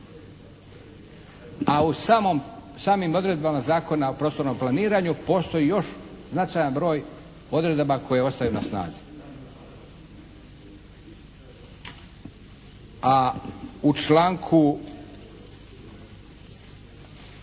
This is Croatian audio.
samim odredbama Zakona o prostornom planiranju postoji još značajan broj odredaba koje ostaju na snazi. A u članku